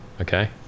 okay